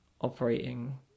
operating